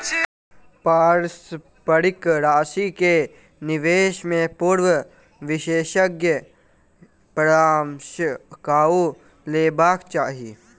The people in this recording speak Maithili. पारस्परिक राशि के निवेश से पूर्व विशेषज्ञ सॅ परामर्श कअ लेबाक चाही